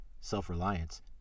self-reliance